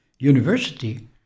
University